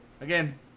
again